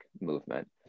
movement